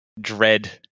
dread